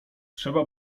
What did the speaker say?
trzeba